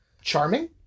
charming